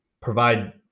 provide